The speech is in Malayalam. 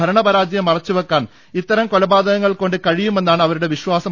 ഭരണപരാജയം മറച്ചുവെക്കാൻ ഇത്തരം കൊലപാ തകങ്ങൾ കൊണ്ട് കഴിയുമെന്നാണ് അവരുടെ വിശ്വാസം